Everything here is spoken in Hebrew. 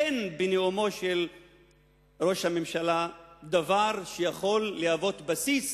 אין בנאומו של ראש הממשלה דבר שיכול להוות בסיס